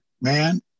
man